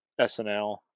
SNL